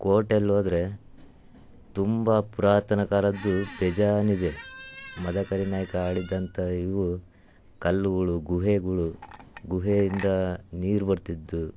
ಕೋಟೆಯಲ್ಲೋದ್ರೆ ತುಂಬ ಪುರಾತನ ಕಾಲದ್ದು ಬೇಜಾನು ಇದೆ ಮದಕರಿ ನಾಯಕ ಆಳಿದ್ದಂಥ ಇವು ಕಲ್ಲುಗಳು ಗುಹೆಗಳು ಗುಹೆಯಿಂದ ನೀರು ಬರ್ತಿತ್ತು